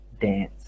dance